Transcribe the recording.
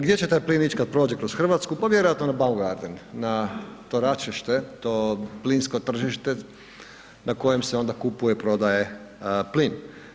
Gdje će taj plin ići kad prođe kroz RH, pa vjerojatno na Baumgarten, na to račište, to plinsko tržište na kojem se onda kupuje i prodaje plin.